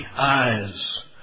eyes